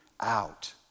out